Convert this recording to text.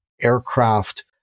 aircraft